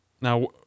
now